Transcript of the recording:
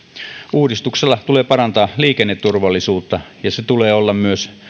uudistuksella tulee parantaa liikenneturvallisuutta ja sen tulee olla myös